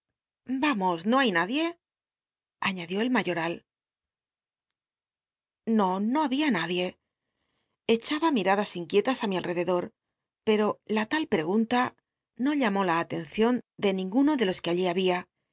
vamos no hay nadie aiiadió el mayoral no no había nad ie echaba miradas inquietas ti mi ah etlcdor pero la lal pregunta no llamó la aten cion tic ninguno do jos que allí babia